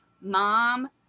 mom